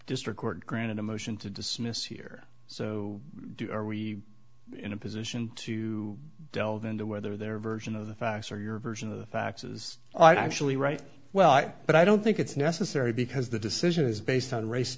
district court granted a motion to dismiss here so do are we in a position to delve into whether their version of the facts or your version of the faxes i actually write well but i don't think it's necessary because the decision is based on race